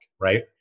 right